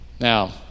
now